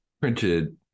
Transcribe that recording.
printed